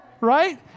right